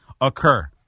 occur